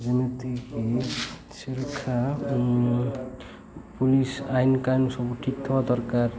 ଯେମିତିକି ସୁରକ୍ଷା ପୁଲିସ ଆଇନ କାନ୍ ସବୁ ଠିକ୍ ଥବା ଦରକାର